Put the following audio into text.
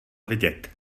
vidět